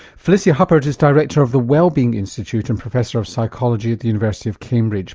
felicia huppert is director of the wellbeing institute and professor of psychology at the university of cambridge.